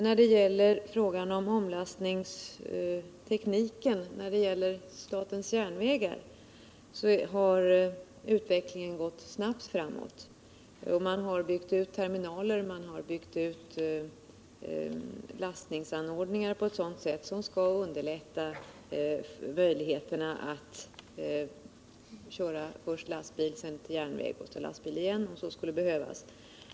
När det gäller omlastningstekniken vid statens järnvägar har utvecklingen gått snabbt framåt. Man har byggt ut terminaler och lastningsanordningar på ett sådant sätt att möjligheterna har förbättrats att köra först lastbil, så järnväg och så lastbil igen, om så skulle behövas.